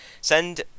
send